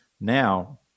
Now